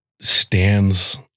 stands